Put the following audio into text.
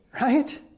right